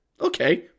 Okay